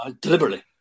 deliberately